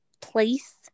place